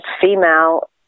female